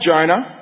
Jonah